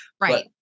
right